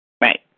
Right